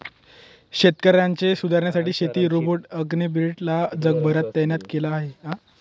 शेतकऱ्यांच्या सुधारणेसाठी शेती रोबोट या ॲग्रीबोट्स ला जगभरात तैनात केल आहे